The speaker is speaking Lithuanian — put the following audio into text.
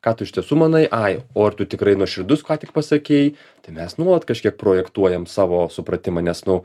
ką tu iš tiesų manai ai o ar tu tikrai nuoširdus ką tik pasakei tai mes nuolat kažkiek projektuojam savo supratimą nes nu